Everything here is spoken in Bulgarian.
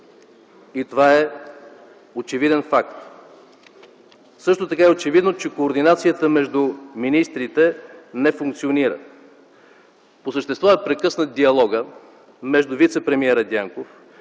Това е очевиден факт. Също така е очевидно, че координацията между министрите не функционира. По същество е прекъснат диалогът между вицепремиера Дянков,